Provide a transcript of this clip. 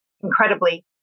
incredibly